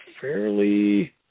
fairly